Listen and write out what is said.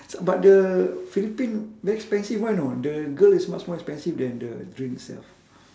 but the philippine very expensive one you know the girl is much more expensive than the drink itself